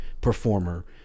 performer